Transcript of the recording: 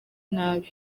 nabi